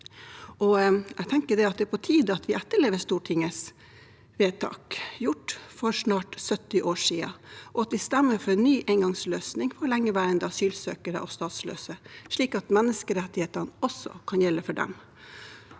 det er på tide at vi etterlever Stortingets vedtak, gjort for snart 70 år siden, og at vi stemmer for en ny engangsløsning for lengeværende asylsøkere og statsløse, slik at menneskerettighetene også kan gjelde for dem.